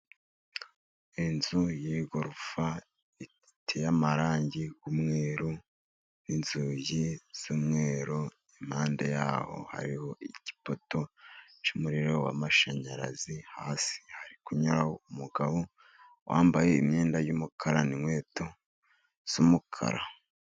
Inzu y'igorofa iteye amarangi y'umweru n'inzugi z'umweru. Impande yaho hariho igipoto cy'umuriro w'amashanyarazi, hasi hari kunyura umugabo wambaye imyenda y'umukara n'inkweto z'umukara.